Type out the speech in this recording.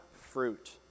fruit